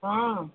ହଁ